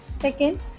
second